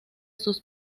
sus